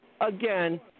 again